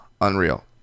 unreal